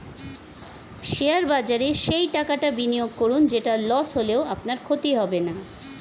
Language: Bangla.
শেয়ার বাজারে সেই টাকাটা বিনিয়োগ করুন যেটা লস হলেও আপনার ক্ষতি হবে না